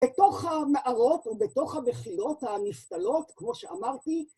בתוך המערות או בתוך המחילות הנפתלות, כמו שאמרתי,